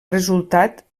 resultat